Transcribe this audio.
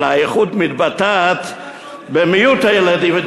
אלא האיכות מתבטאת במיעוט הילדים,